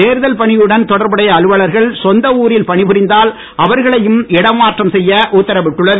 தேர்தல் பணியுடன் தொடர்புடைய அலுவலர்கள் சொந்த ஊரில் பணி புரிந்தால் அவர்களையும் இடமாற்றம் செய்ய உத்தரவிட்டுள்ளது